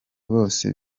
bose